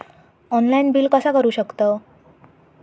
Online bill कसा करु शकतव?